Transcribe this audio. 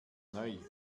neu